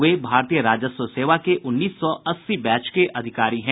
वे भारतीय राजस्व सेवा के उन्नीस सौ अस्सी बैच के अधिकारी हैं